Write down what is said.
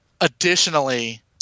Additionally